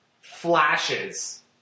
flashes